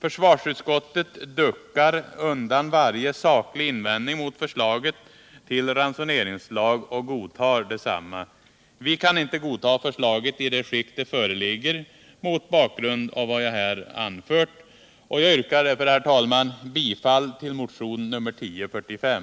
Försvarsutskottet duckar för varje saklig invändning mot förslaget till ransoneringslag och godtar detsamma. Vi kan inte godta förslaget, mot bakgrund av vad jag här anfört, i det skick det föreligger. Jag yrkar därför, herr talman, bifall till motionen 1045.